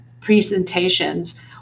presentations